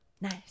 Nice